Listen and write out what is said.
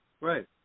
Right